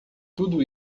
tudo